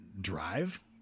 drive